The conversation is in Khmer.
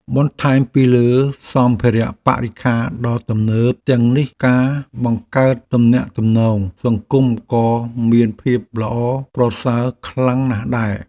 បន្ថែមពីលើសម្ភារៈបរិក្ខារដ៏ទំនើបទាំងនេះការបង្កើតទំនាក់ទំនងសង្គមក៏មានភាពល្អប្រសើរខ្លាំងណាស់ដែរ។